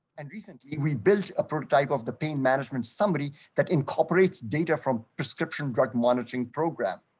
and recently, we built a prototype of the pain management somebody that incorporates data from prescription drug monitoring program.